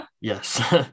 Yes